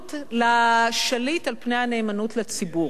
נאמנות לשליט על פני הנאמנות לציבור.